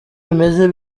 bimeze